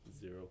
Zero